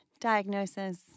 diagnosis